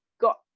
got